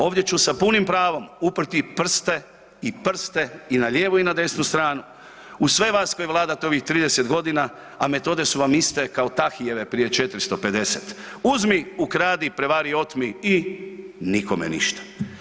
Ovdje ću sa punim pravom uprti i prste i prste i na lijevu i na desnu stranu, uz sve vas koji vladate ovih 30 godina, a metode su vam iste kao Tahyjeve, prije 450, uzmi, ukradi, prevari, otmi i nikome ništa.